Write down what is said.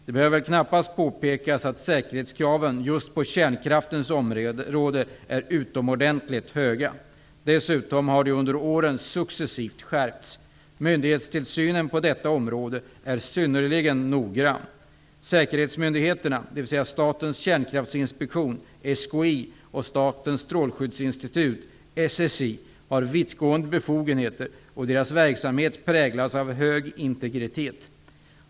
Det behöver väl knappast påpekas att säkerhetskraven just på kärnkraftens område är utomordentligt höga. Dessutom har de under åren successivt skärpts. Myndighetstillsynen på detta område är synnerligen noggrann. Säkerhetsmyndigheterna -- dvs. Statens kärnkraftinspektion, SKI, och Statens strålskyddsinstitut, SSI, -- har vittgående befogenheter, och deras verksamhet präglas av hög integritet.